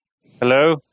Hello